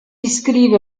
iscrive